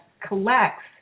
collects